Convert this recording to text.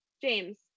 James